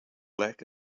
lack